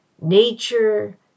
nature